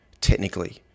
Technically